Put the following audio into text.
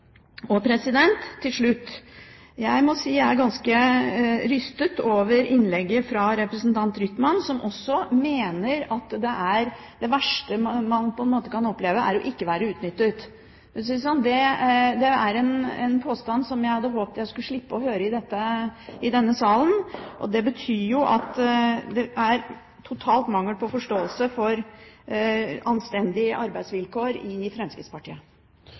Til slutt: Jeg må si at jeg er ganske rystet over innlegget fra representanten Rytman, som mener at det verste man kan oppleve, er «ikke å bli utnyttet». Det er en påstand som jeg hadde håpet jeg skulle slippe å høre i denne salen. Det betyr jo at det er total mangel på forståelse for anstendige arbeidsvilkår i Fremskrittspartiet.